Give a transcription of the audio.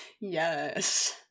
Yes